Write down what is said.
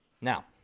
Now